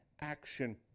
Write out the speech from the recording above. action